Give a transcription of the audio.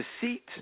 deceit